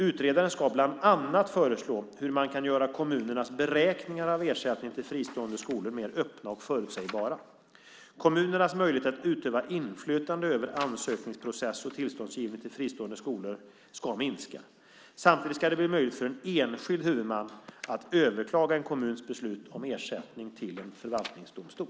Utredaren ska bland annat föreslå hur man kan göra kommunernas beräkningar av ersättning till fristående skolor mer öppna och förutsägbara. Kommunernas möjlighet att utöva inflytande över ansökningsprocess och tillståndsgivning till fristående skolor ska minska. Samtidigt ska det bli möjligt för en enskild huvudman att överklaga en kommuns beslut om ersättning till en förvaltningsdomstol.